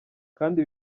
kandi